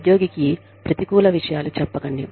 ఉద్యోగికి ప్రతికూల విషయాలు చెప్పకండి